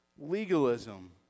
legalism